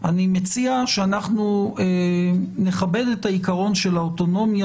אני מציע שאנחנו נכבד את העיקרון של האוטונומיה